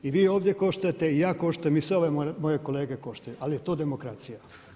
I vi ovdje koštate i ja koštam i sve ove moje kolege koštaju, ali je to demokracija.